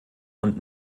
und